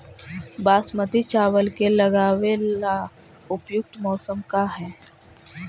बासमती चावल के लगावे ला उपयुक्त मौसम का है?